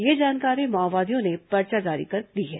यह जानकारी माओवादियों ने पर्चा जारी कर दी है